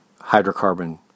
hydrocarbon